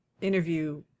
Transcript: interview